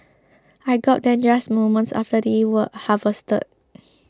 I got them just moments after they were harvested